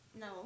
no